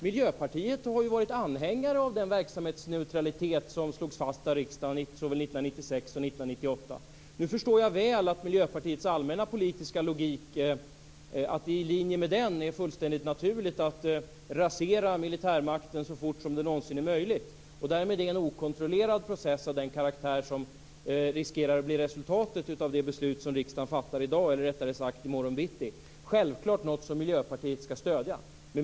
Miljöpartiet har ju varit anhängare av den verksamhetsneutralitet som slogs fast av riksdagen såväl 1996 som 1998. Nu förstår jag att det i linje med Miljöpartiets allmänna logik är fullständigt naturligt att rasera militärmakten så fort som det någonsin är möjligt. En okontrollerad process av den karaktär som riskerar att blir resultatet av det beslut som riksdagen fattar i dag, eller rättare sagt i morgon bitti, är självklart något som Miljöpartiet kommer att stödja.